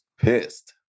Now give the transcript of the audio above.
pissed